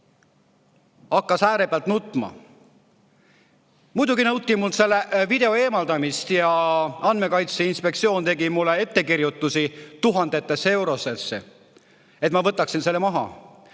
hakkas äärepealt nutma. Muidugi nõuti minult selle video eemaldamist ja Andmekaitse Inspektsioon tegi mulle ettekirjutusi tuhandetes eurodes, et ma võtaksin selle maha.